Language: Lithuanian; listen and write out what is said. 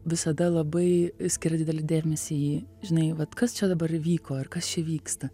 visada labai skiria didelį dėmesį į žinai vat kas čia dabar įvyko ir kas čia vyksta